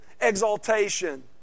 exaltation